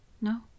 no